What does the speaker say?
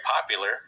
popular